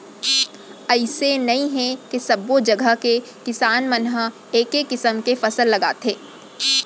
अइसे नइ हे के सब्बो जघा के किसान मन ह एके किसम के फसल लगाथे